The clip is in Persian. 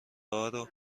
هارو